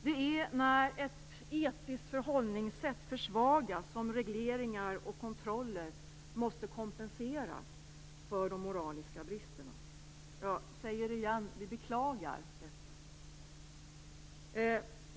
Det är när ett etiskt förhållningssätt försvagas som regleringar och kontroller måste kompensera för de moraliska bristerna. Jag säger det igen: Vi beklagar detta.